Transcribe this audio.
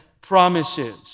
promises